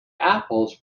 apples